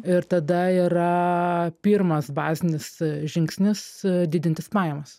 ir tada yra pirmas bazinis žingsnis didintis pajamas